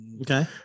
Okay